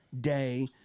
day